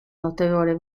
notevole